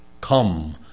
come